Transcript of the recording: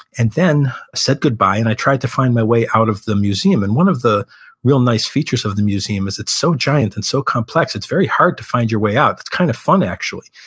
and then said goodbye, and i tried to find my way out of the museum. and one of the real nice features of the museum is it's so giant and so complex. it's very hard to find your way out. it's kind of fun, actually.